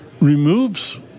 removes